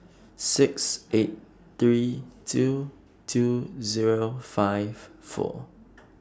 six eight three two two Zero five four